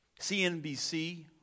CNBC